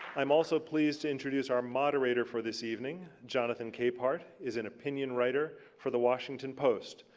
i'm also pleased to introduce our moderator for this evening. jonathan capehart is an opinion writer for the washington post,